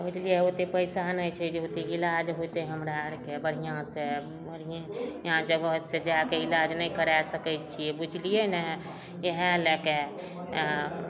बुझलियै ओते पैसा नहि छै जे ओते इलाज होइतै हमरा आरके बढ़िऑं सऽ उमहर घुमि जाउ इहाँ जगह छै जाके इलाज नहि कराए सकै छियै बुझलियै ने इहए लए कऽ इहाँ